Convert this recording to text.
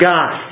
God